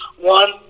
One